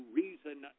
reason